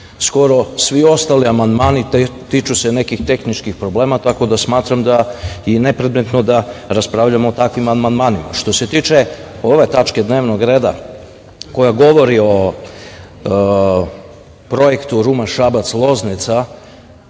skoro svi ostali amandmani tiču se neki tehničkih problema, tako da smatram da je neprimetno da raspravljamo o takvim amandmanima. Što se tiče ove tačke dnevnog reda koja govori o Projektu Ruma-Šabac-Loznica,